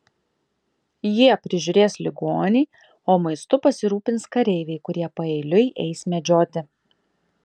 jie prižiūrės ligonį o maistu pasirūpins kareiviai kurie paeiliui eis medžioti